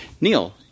Neil